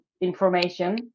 information